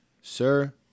Sir